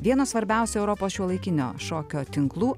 vieno svarbiausių europos šiuolaikinio šokio tinklų